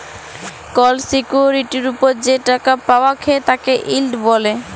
call সিকিউরিটির ওপর যে টাকা পাওয়াক হ্যয় তাকে ইল্ড ব্যলে